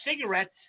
cigarettes